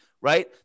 right